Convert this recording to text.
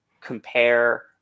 compare